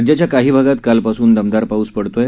राज्याच्या काही भागात कालपासून दमदार पाऊस पडत आहे